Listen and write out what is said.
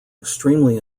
extremely